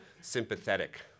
sympathetic